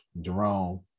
Jerome